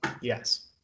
Yes